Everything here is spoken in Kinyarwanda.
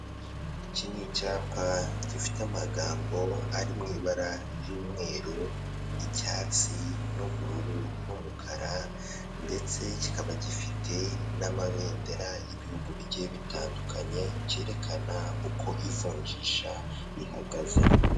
Iki ni icyapa gifite amagambo ari mu ibara ry'umweru, icyatsi n'ubururu n'umukara ndetse kikaba gifite n'amabendera y'ibihugu bigiye bitandukanye, cyerekana uko ivunjisha rihagaze.